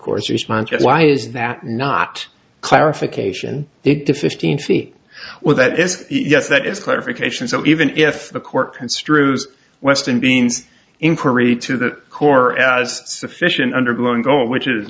course response yes why is that not clarification it to fifteen feet well that is yes that is clarification so even if the court construes western beans inquiry to the core as sufficient undergoing going which is